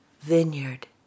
vineyard